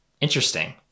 interesting